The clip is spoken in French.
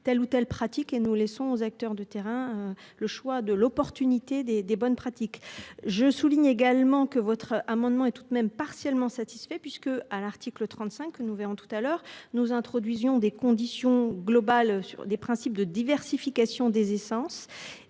telle ou telle pratique et nous laissons aux acteurs de terrain. Le choix de l'opportunité des des bonnes pratiques. Je souligne également que votre amendement est tout de même partiellement satisfait puisque à l'article 35. Nous verrons tout à l'heure nous introduisions des conditions globales sur des principes de diversification des essences.